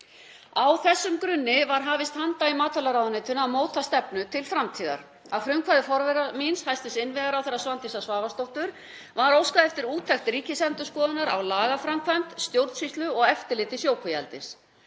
Á þessum grunni var hafist handa í matvælaráðuneytinu að móta stefnu til framtíðar. Að frumkvæði forvera míns, hæstv. innviðaráðherra Svandísar Svavarsdóttur, var óskað eftir úttekt Ríkisendurskoðunar á lagaframkvæmd, stjórnsýslu og eftirliti sjókvíaeldis.